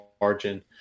margin